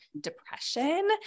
depression